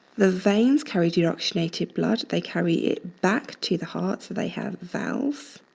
the veins carry deoxygenated blood, they carry back to the heart, so they have valves.